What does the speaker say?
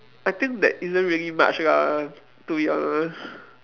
I think there isn't really much lah to be honest